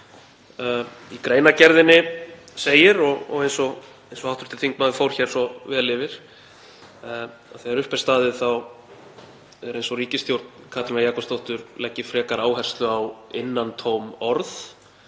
Í greinargerðinni segir, eins og hv. þingmaður fór svo vel yfir, að þegar upp er staðið þá er eins og ríkisstjórn Katrínar Jakobsdóttur leggi frekar áherslu á innantóm orð